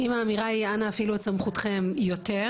אם האמירה היא אנא הפעילו את סמכותכם יותר,